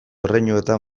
erreinuetan